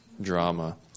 Drama